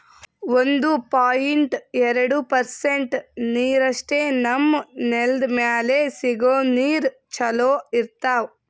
ಒಂದು ಪಾಯಿಂಟ್ ಎರಡು ಪರ್ಸೆಂಟ್ ನೀರಷ್ಟೇ ನಮ್ಮ್ ನೆಲ್ದ್ ಮ್ಯಾಲೆ ಸಿಗೋ ನೀರ್ ಚೊಲೋ ಇರ್ತಾವ